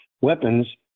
weapons